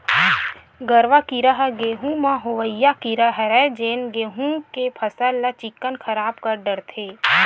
गरुआ कीरा ह गहूँ म होवइया कीरा हरय जेन गेहू के फसल ल चिक्कन खराब कर डरथे